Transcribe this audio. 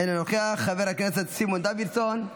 אינו נוכח, חבר הכנסת סימון דוידסון,